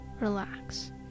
relax